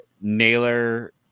Naylor